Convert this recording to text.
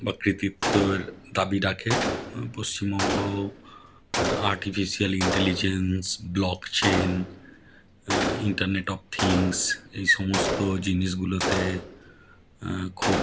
বা কৃতিত্বর দাবি রাখে Paschimbanga artificial intelligence block chain internet of things এই সমস্ত জিনিসগুলোতে খুব